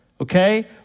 okay